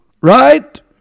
right